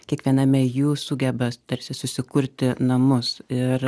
kiekviename jų sugeba tarsi susikurti namus ir